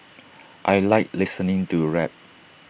I Like listening to rap